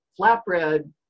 flatbread